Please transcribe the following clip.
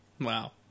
Wow